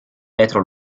vetro